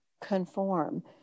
conform